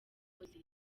mukozi